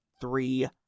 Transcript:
three